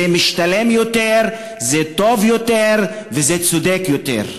זה משתלם יותר, זה טוב יותר וזה צודק יותר.